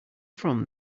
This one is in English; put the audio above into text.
from